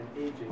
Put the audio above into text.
aging